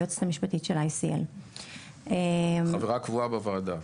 היועצת המשפטית של ICL. חברה קבועה בוועדה.